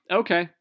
okay